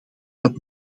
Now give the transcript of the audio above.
dat